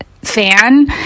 fan